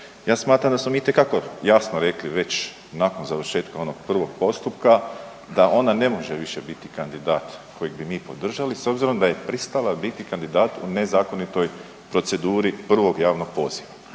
ja smatram da smo mi itekako jasno rekli već nakon završetka onog prvog postupka da ona ne može više biti kandidat kojeg bi mi podržali s obzirom da je pristala biti kandidat u nezakonitoj proceduri prvog javnog poziva.